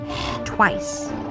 twice